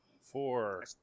Four